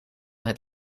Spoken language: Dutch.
het